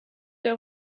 der